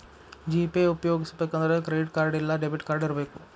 GPay ಉಪ್ಯೊಗಸ್ಬೆಕಂದ್ರ credit card ಇಲ್ಲಾ debit card ಇರಬಕು